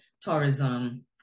tourism